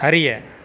அறிய